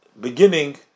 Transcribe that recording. beginning